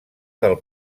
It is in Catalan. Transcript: del